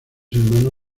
hermano